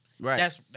Right